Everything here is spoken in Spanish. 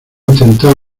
intentado